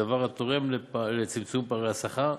דבר התורם לצמצום פערי השכר,